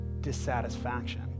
dissatisfaction